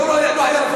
זה לא היה לפני.